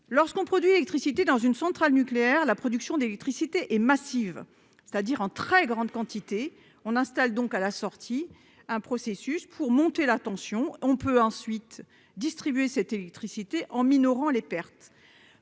lorsqu'on produit électricité dans une centrale nucléaire, la production d'électricité et massive, c'est-à-dire en très grande quantité on installe donc à la sortie un processus pour monter la tension, on peut ensuite distribué cette électricité en minorant les pertes